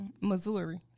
Missouri